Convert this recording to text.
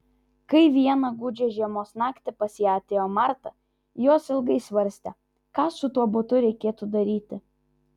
kai vieną gūdžią žiemos naktį pas ją atėjo marta jos ilgai svarstė ką su tuo butu reikėtų daryti